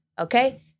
Okay